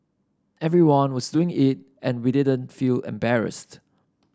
everyone was doing it and we didn't feel embarrassed